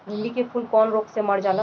भिन्डी के फूल कौने रोग से मर जाला?